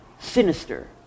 Sinister